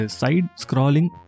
side-scrolling